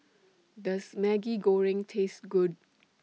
Does Maggi Goreng Taste Good